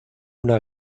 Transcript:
una